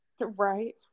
right